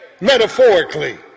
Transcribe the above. metaphorically